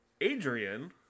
Adrian